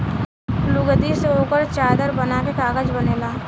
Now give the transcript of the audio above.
लुगदी से ओकर चादर बना के कागज बनेला